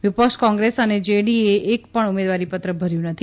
વિપક્ષ કોંગ્રેસ અને જેડીએસએ એક પણ ઉમેદવારી પત્ર ભર્યુ નથી